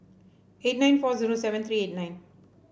eight nine four zero seven three eight nine